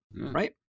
right